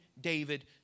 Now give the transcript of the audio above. David